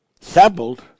sampled